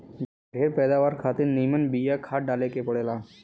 ढेर पैदावार खातिर निमन बिया खाद डाले के पड़ेला